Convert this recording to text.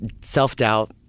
self-doubt